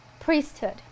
Priesthood